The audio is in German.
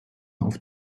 auf